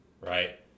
right